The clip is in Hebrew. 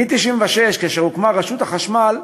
מ-1996, כשהוקמה רשות החשמל,